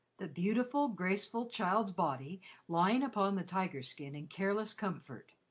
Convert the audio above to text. the beautiful, graceful child's body lying upon the tiger-skin in careless comfort,